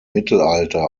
mittelalter